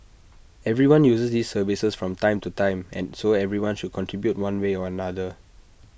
everyone uses these services from time to time and so everyone should contribute one way or another